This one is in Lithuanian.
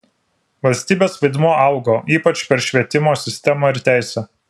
valstybės vaidmuo augo ypač per švietimo sistemą ir teisę